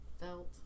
felt